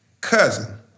cousin